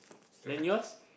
then yours